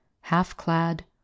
half-clad